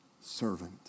servant